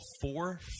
Four